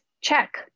check